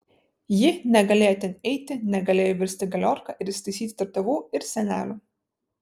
ji negalėjo ten eiti negalėjo įvirsti į galiorką ir įsitaisyti tarp tėvų ir senelių